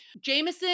Jameson